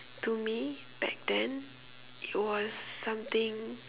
to me back then it was something